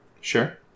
Sure